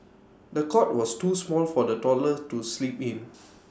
the cot was too small for the toddler to sleep in